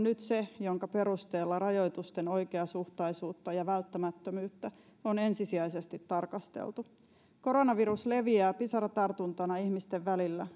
nyt se jonka perusteella rajoitusten oikeasuhtaisuutta ja välttämättömyyttä on ensisijaisesti tarkasteltu koronavirus leviää pisaratartuntana ihmisten välillä